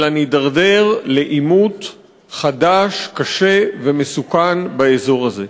אלא נתדרדר לעימות חדש, קשה ומסוכן באזור הזה.